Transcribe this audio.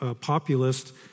populist